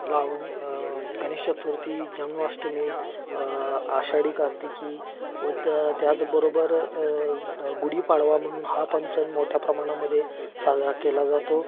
लाव गणेश चतुर्थी जन्माष्टमी आषाढी कार्तिकी व त्य त्याचबरोबर गुढीपाडवा म्हणून हा पण सण मोठ्या प्रमाणामध्ये साजरा केला जातो